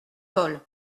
paul